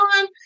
on